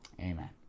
Amen